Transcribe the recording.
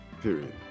Period